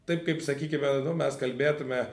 taip kaip sakykime mes kalbėtume